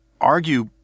argue